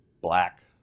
black